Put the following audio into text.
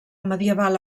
medieval